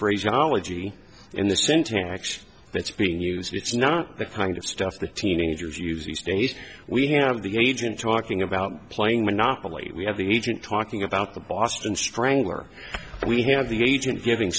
phrase ology in the syntax it's been used it's not the kind of stuff that teenagers use these days we have the agent talking about playing monopoly we have the agent talking about the boston strangler and we have the agent giving